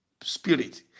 spirit